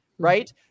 right